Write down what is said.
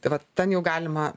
tai vat ten jau galima